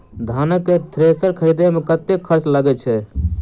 धान केँ थ्रेसर खरीदे मे कतेक खर्च लगय छैय?